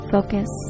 Focus